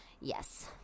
yes